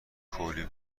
کولی